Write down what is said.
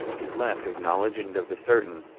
is left of knowledge and of the certain,